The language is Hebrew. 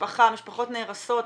משפחות נהרסות.